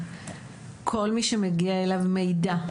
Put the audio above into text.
כל מי שמגיע אליו מידע,